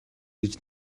гэж